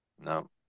no